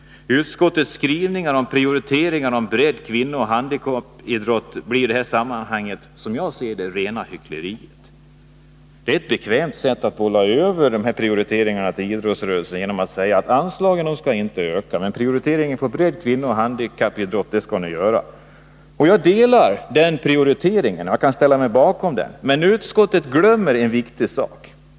Utskottets skrivningar om prioriteringar av bredd-, kvinnooch handikappidrott blir i detta sammanhang — som jag ser det — rena hyckleriet. Det är ett bekvämt sätt att bolla över prioriteringarna till idrottsrörelsen att säga att anslagen inte skall öka, men att idrottsrörelsen skall prioritera bredd-, kvinnooch handikappidrotten. Jag delar uppfattningen att detta skall prioriteras, men utskottet glömmer en viktig sak.